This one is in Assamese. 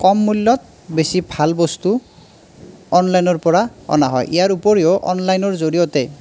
কম মূল্য়ত বেছি ভাল বস্তু অনলাইনৰ পৰা অনা হয় ইয়াৰ উপৰিও অনলাইনৰ জৰিয়তে